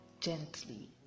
gently